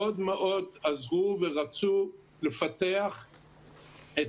מאוד עזרו, ורצו לפתח את